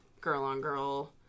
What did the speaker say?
girl-on-girl